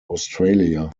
australia